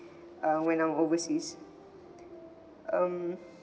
err when I'm overseas um